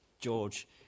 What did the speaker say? George